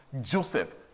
Joseph